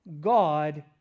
God